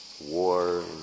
war